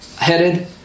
Headed